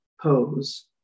pose